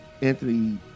Anthony